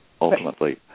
ultimately